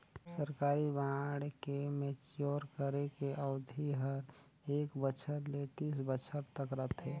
सरकारी बांड के मैच्योर करे के अबधि हर एक बछर ले तीस बछर तक रथे